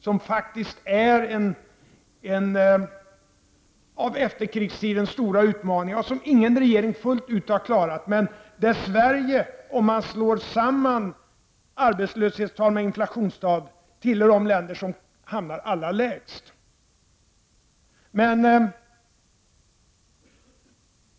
Det är faktiskt en av efterkrigstidens stora utmaningar, som ingen regering fullt ut har klarat. Om man slår samman arbetslöshetstal och inflationstal, tillhör Sverige de länder som hamnar allra lägst.